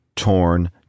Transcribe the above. torn